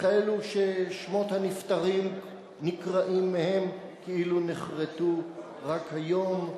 וכאלו ששמות הנפטרים נקראים בהן כאילו נחרטו רק היום.